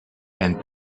and